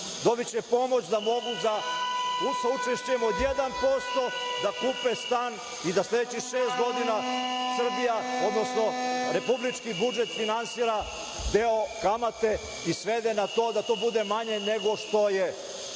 Dobiće pomoć da mogu sa učešćem od 1% da kupe stan i da sledećih šest godina Srbija, odnosno republički budžet finansira deo kamate i svede na to da bude manje nego što je